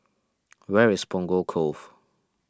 where is Punggol Cove